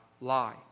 lie